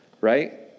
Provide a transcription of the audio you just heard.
right